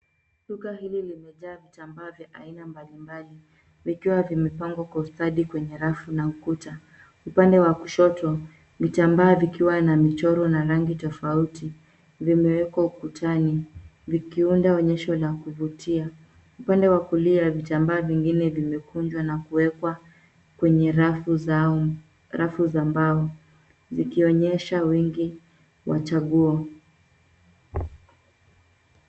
Duka hili limejaa vitambaa vya aina mbalimbali vikiwa vimepangwa kwa ustadi kwenye rafu na ukuta. Upande wa kushoto, vitambaa vikiwa na michoro na rangi tofauti vimewekwa ukutani, vikiunda onyesho la kuvutia. Upande wakulia vitambaa vyengine vimekunjwa na kuekwa kwenye rafu za mbao, zikionyesha wingi wa chaguo.